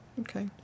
Okay